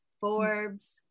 forbes